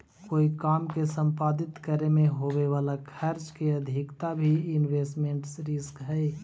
कोई काम के संपादित करे में होवे वाला खर्च के अधिकता भी इन्वेस्टमेंट रिस्क हई